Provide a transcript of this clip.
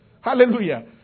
Hallelujah